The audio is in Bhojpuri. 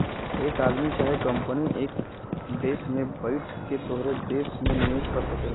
एक आदमी चाहे कंपनी एक देस में बैइठ के तोहरे देस मे निवेस कर सकेला